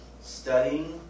studying